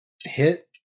hit